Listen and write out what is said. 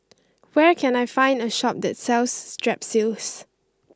where can I find a shop that sells Strepsils